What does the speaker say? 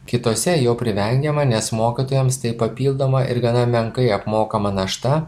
kitose jo privengiama nes mokytojams tai papildoma ir gana menkai apmokama našta